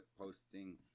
posting